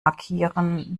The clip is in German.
markieren